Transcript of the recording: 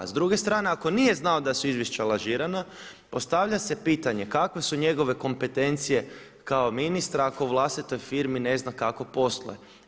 S druge strane ako nije znao da su izvješća lažirana, postavlja se pitanje kako su njegove kompetencije kao ministra ako u vlastitoj firmi ne zna kako posluje?